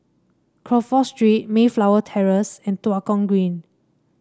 Crawford Street Mayflower Terrace and Tua Kong Green